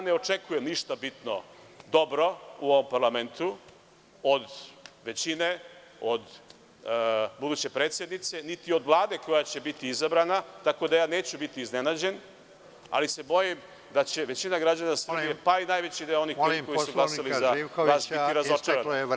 Ne očekujem ništa bitno dobro u ovom parlamentu od većine, od buduće predsednice, niti od Vlade koja će biti izabrana, tako da neću biti iznenađen, ali se bojim da će većina građana Srbije, pa i najveći deo onih koji su glasali za vas, biti razočarani.